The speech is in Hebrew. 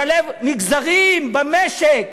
לשלב מגזרים במשק,